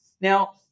Now